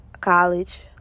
college